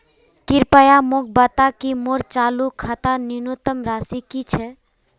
कृपया मोक बता कि मोर चालू खातार न्यूनतम राशि की छे